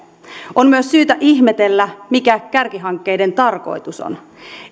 on myös syytä ihmetellä mikä kärkihankkeiden tarkoitus on